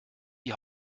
die